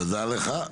תודה לך.